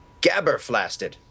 gabberflasted